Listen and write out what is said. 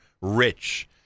rich